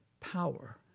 power